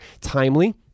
timely